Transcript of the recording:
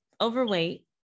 overweight